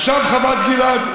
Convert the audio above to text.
עכשיו חוות גלעד,